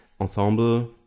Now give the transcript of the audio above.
ensemble